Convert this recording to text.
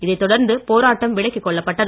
இதை தொடர்ந்து போராட்டம் விலக்கிக் கொள்ளப்பட்டது